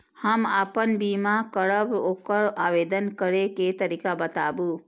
हम आपन बीमा करब ओकर आवेदन करै के तरीका बताबु?